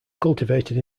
cultivated